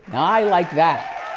i like that.